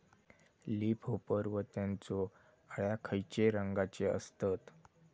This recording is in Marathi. लीप होपर व त्यानचो अळ्या खैचे रंगाचे असतत?